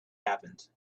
happened